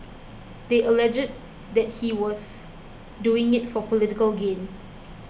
they alleged that he was doing it for political gain